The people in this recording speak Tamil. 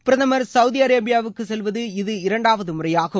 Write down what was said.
பிரதமர் சவுதி அரேபியாவுக்கு செல்வது இது இரண்டாவது முறையாகும்